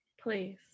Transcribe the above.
Please